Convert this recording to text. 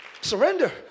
Surrender